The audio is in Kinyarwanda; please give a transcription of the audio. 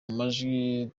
majwi